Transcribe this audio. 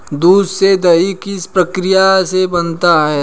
दूध से दही किस प्रक्रिया से बनता है?